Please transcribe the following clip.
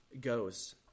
goes